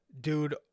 Dude